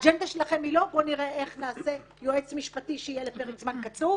האג'נדה שלכם היא לא בוא נראה איך נביא יועץ משפטי שיהיה לפרק זמן קצוב,